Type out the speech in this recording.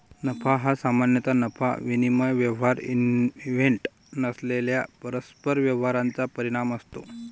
नफा हा सामान्यतः नफा विनिमय व्यवहार इव्हेंट नसलेल्या परस्पर व्यवहारांचा परिणाम असतो